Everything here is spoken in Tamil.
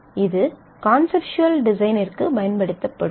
இது கான்செப்ட்வல் டிசைனிற்கு பயன்படுத்தப்படும்